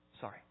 sorry